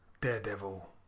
Daredevil